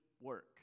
work